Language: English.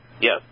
Yes